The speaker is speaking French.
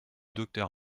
docteur